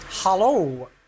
Hello